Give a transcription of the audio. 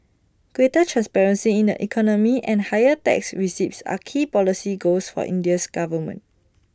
greater transparency in the economy and higher tax receipts are key policy goals for India's government